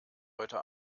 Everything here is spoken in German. heute